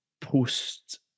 post